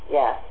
yes